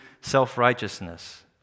self-righteousness